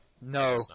No